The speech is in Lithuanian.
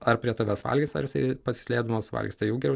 ar prie tavęs valgys ar jisai pasislėpdamas valgys tai jau geriau